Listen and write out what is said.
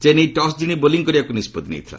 Chennai toss ଜିଣି bowling କରିବାକୁ ନିଷ୍ପଭି ନେଇଥିଲା